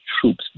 troops